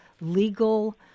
legal